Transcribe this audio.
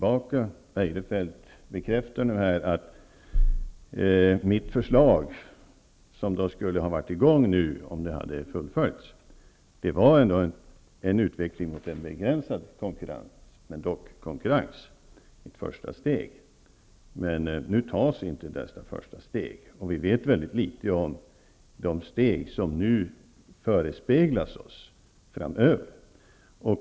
Christer Eirefelt bekräftade att mitt förslag, som skulle ha varit i gång nu om det hade fullföljts, utgjorde ändå en utveckling mot en begränsad konkurrens -- men dock konkurrens i ett första steg. Nu tas inte dessa första steg. Vi vet litet om de steg som nu förespeglas oss framöver.